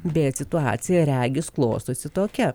bet situacija regis klostosi tokia